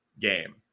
game